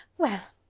well!